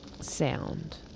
sound